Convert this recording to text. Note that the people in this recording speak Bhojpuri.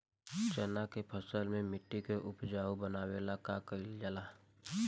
चन्ना के फसल में मिट्टी के उपजाऊ बनावे ला का कइल जाला?